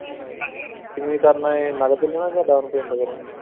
ਕਿਵੇਂ ਕਰਨਾ ਏ ਨਕਦ ਲੈਣਾ ਕਿ ਡਾਉਨ ਪੇਅਮੈਂਟ